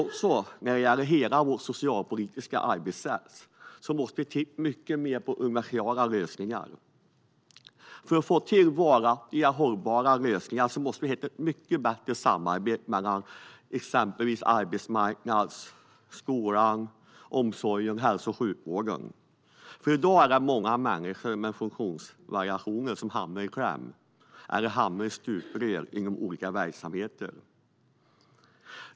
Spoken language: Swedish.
Men när det gäller hela vårt socialpolitiska arbetssätt tror jag att vi måste titta mycket mer på universella lösningar. För att vi ska få till varaktiga och hållbara lösningar måste det finnas ett mycket bättre samarbete mellan exempelvis arbetsmarknaden, skolan, omsorgen och hälso och sjukvården. I dag hamnar många med funktionsvariationer i kläm eller i stuprör inom olika verksamheter.